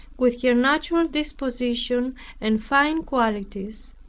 with her natural disposition and fine qualities,